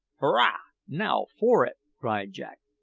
hurrah! now for it! cried jack.